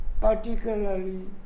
particularly